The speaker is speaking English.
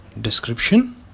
description